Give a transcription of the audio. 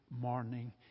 morning